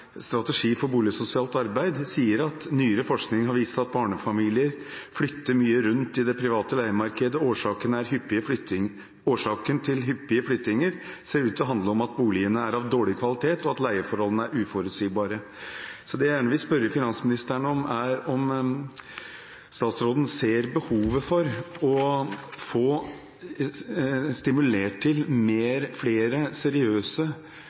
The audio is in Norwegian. strategi for boligsosialt arbeid at nyere forskning har vist at barnefamilier flytter mye rundt i det private leiemarkedet og årsaken til hyppige flyttinger ser ut til å handle om at boligene er av dårlig kvalitet, og at leieforholdene er uforutsigbare. Det jeg gjerne vil spørre finansministeren om, er om hun ser behovet for å få stimulert til flere seriøse